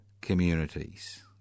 communities